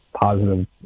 positive